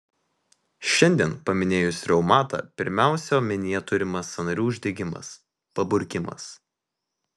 šiandien paminėjus reumatą pirmiausia omenyje turimas sąnarių uždegimas paburkimas